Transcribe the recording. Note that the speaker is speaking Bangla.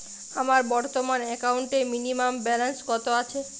আমার বর্তমান একাউন্টে মিনিমাম ব্যালেন্স কত আছে?